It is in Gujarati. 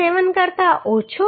7 કરતા ઓછો હશે